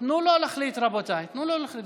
תנו לו להחליט, רבותיי, תנו לו להחליט.